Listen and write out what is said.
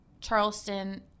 Charleston